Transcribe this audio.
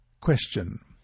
Question